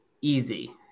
easy